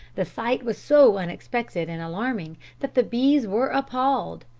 the sight was so unexpected and alarming that the b s were appalled,